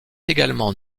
également